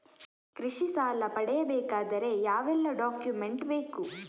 ಕೃಷಿ ಸಾಲ ಪಡೆಯಬೇಕಾದರೆ ಯಾವೆಲ್ಲ ಡಾಕ್ಯುಮೆಂಟ್ ಬೇಕು?